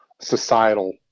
societal